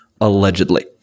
allegedly